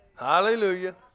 Hallelujah